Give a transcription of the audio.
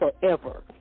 forever